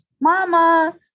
mama